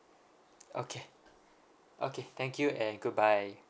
okay okay thank you and goodbye